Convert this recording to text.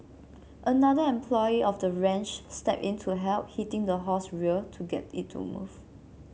another employee of the ranch stepped in to help hitting the horse rear to get it to move